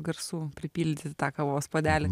garsų pripildyti tą kavos puodelį